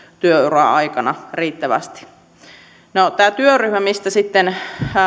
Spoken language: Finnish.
työuran aikana riittävästi no tässä työryhmässä mistä sitten